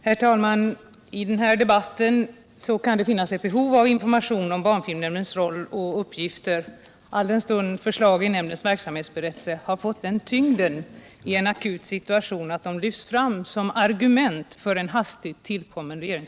Herr talman! I den här debatten kan det finnas ett behov av information om barnfilmnämndens roll och uppgifter, alldenstund förslagen i nämndens verksamhetsberättelse har fått den tyngden i en akut situation att de lyfts fram som argument för en hastigt tillkommen proposition.